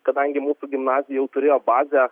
kadangi mūsų gimnazija jau turėjo bazę